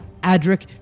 Adric